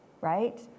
right